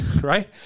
right